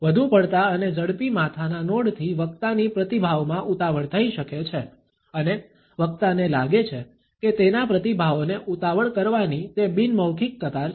વધુ પડતા અને ઝડપી માથાના નોડથી વક્તાની પ્રતિભાવમાં ઉતાવળ થઈ શકે છે અને વક્તાને લાગે છે કે તેના પ્રતિભાવોને ઉતાવળ કરવાની તે બિન મૌખિક કતાર છે